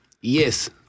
yes